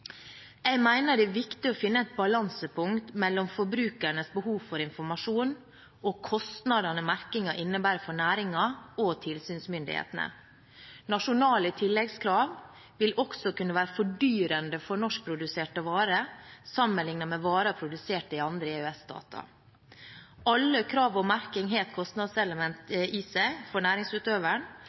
Jeg mener det er viktig å finne et balansepunkt mellom forbrukernes behov for informasjon og kostnadene merkingen innebærer for næringen og tilsynsmyndighetene. Nasjonale tilleggskrav vil også kunne være fordyrende for norskproduserte varer sammenlignet med varer produsert i andre EØS-stater. Alle krav om merking har et kostnadselement i seg for